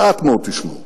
מעט מאוד תשמעו